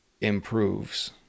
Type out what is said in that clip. improves